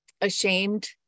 ashamed